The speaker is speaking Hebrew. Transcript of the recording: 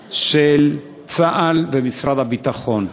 אני ניסיתי לקדם סוגיה מול משרד הביטחון,